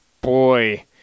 boy